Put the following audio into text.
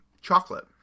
chocolate